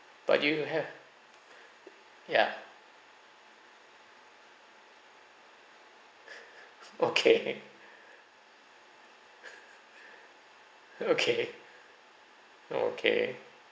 but do you have ya okay okay okay